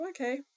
okay